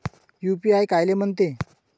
UPI कायले म्हनते?